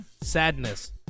Sadness